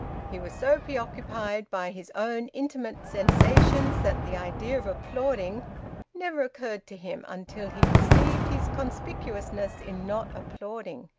he was so preoccupied by his own intimate sensations that the idea of applauding never occurred to him, until he perceived his conspicuousness in not applauding,